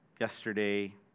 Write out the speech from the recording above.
yesterday